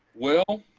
well,